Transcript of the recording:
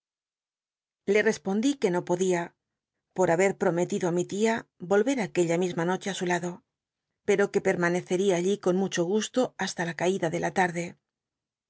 le respondi que no podía por haber prometido í mi tia volver aquella misma noche á sn lado pero qur pennnncrcria allí con mucho gu to h la la caida de la larde